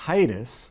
Titus